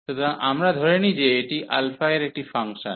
সুতরাং আমরা ধরে নিই যে এটি α এর একটি ফাংশন